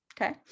Okay